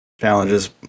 challenges